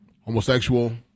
homosexual